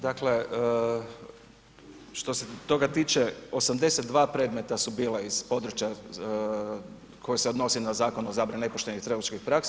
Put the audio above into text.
Dakle, što se toga tiče 82 predmeta su bila iz područja koje se odnosi na Zakon o zabrani nepoštenih trgovačkih praksi.